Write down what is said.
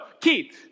Keith